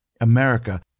America